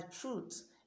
truth